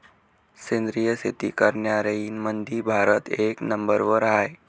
सेंद्रिय शेती करनाऱ्याईमंधी भारत एक नंबरवर हाय